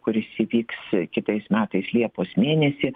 kuris įvyks kitais metais liepos mėnesį